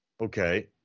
Okay